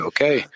Okay